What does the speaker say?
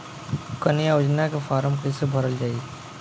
कन्या योजना के फारम् कैसे भरल जाई?